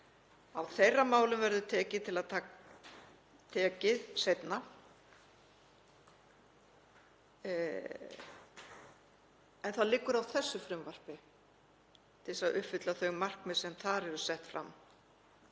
Á þeirra málum verður tekið seinna. En það liggur á þessu frumvarpi til þess að uppfylla það markmið sem þar er sett fram.